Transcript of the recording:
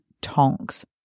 Tonks